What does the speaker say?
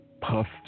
puff